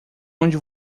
onde